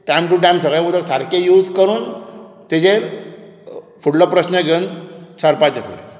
time to time सगळें उदक सारकें यूज करून ताजे फुडलो प्रश्न घेवन सरपाचें फुडें